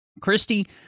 Christy